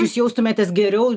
jūs jaustumėtės geriau